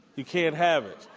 you can't have it.